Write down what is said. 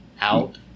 out